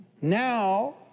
Now